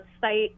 site